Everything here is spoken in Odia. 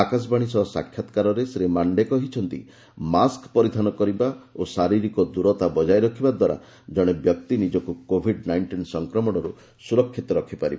ଆକାଶବାଣୀ ସହ ସାକ୍ଷାତକାରରେ ଶ୍ରୀ ମାଣ୍ଡେ କହିଛନ୍ତି ମାସ୍କ୍ ପରିଧାନ କରିବା ଓ ଶାରିରୀକ ଦୂରତା ବଜାୟ ରଖିବା ଦ୍ୱାରା ଜଣେ ବ୍ୟକ୍ତି ନିଜକୁ କୋଭିଡ୍ ନାଇଷ୍ଟିନ୍ ସଂକ୍ରମଣରୁ ସୁରକ୍ଷିତ ରଖିପାରିବ